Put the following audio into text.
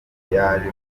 yaje